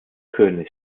könig